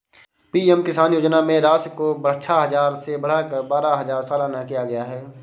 PM किसान योजना में राशि को छह हजार से बढ़ाकर बारह हजार सालाना किया गया है